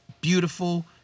beautiful